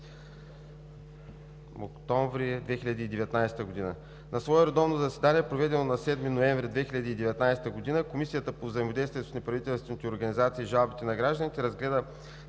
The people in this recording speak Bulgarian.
октомври 2019 г. На свое редовно заседание, проведено на 7 ноември 2019 г., Комисията по взаимодействието с неправителствените организации и жалбите на гражданите разгледа